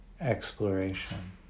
exploration